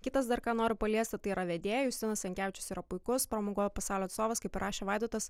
kitas dar ką noriu paliesti tai yra vedėjus justinas jankevičius yra puikus pramogų pasaulio atstovas kaip ir rašė vaidotas